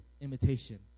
imitation